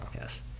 yes